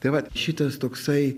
tai vat šitas toksai